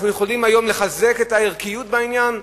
אנחנו יכולים היום לחזק את הערכיות בעניין?